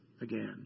again